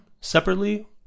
separately